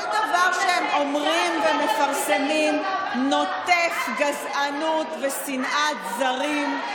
שכל דבר שהם אומרים ומפרסמים נוטף גזענות ושנאת זרים,